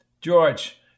George